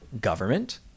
government